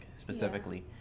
specifically